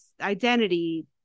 identity